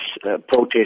protest